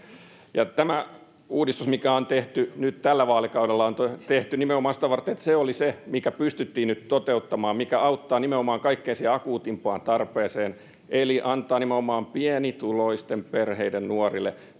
tämä uudistus mikä on tehty nyt tällä vaalikaudella on tehty nimenomaan sitä varten että se oli se mikä pystyttiin nyt toteuttamaan ja mikä auttaa nimenomaan siihen kaikkein akuuteimpaan tarpeeseen eli antaa nimenomaan pienituloisten perheiden nuorille